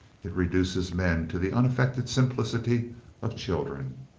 it reduces men to the unaffected simplicity of children.